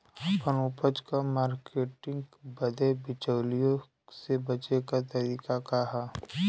आपन उपज क मार्केटिंग बदे बिचौलियों से बचे क तरीका का ह?